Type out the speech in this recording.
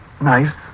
nice